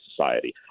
society